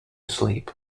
sleep